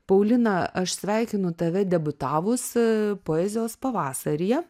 paulina aš sveikinu tave debiutavus poezijos pavasaryje